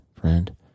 friend